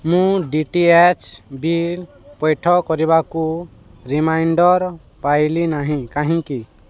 ମୁଁ D T H bill ପୈଠ କରିବାକୁ ରିମାଇଣ୍ଡର୍ ପାଇଲି ନାହିଁ କାହିଁକି